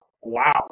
Wow